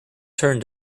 turn